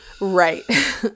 right